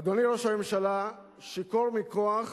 אדוני ראש הממשלה, שיכור מכוח,